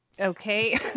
Okay